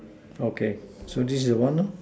okay so this is the one lor